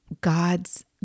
God's